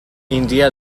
india